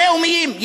לאומיים.